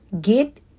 get